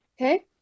Okay